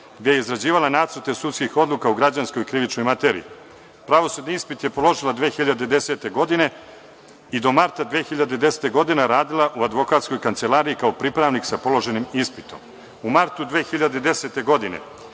gde je izrađivala nacrte sudskih odluka u građanskoj i krivičnoj materiji. Pravosudni ispit je položila 2010. godine i do marta 2010 godine je radila u advokatskoj kancelariji kao pripravnik sa položenim ispitom.U martu 2010. godine